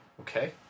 Okay